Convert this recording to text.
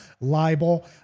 libel